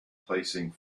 placing